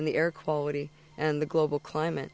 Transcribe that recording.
and the air quality and the global climate